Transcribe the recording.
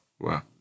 wow